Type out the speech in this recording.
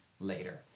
later